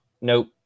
Nope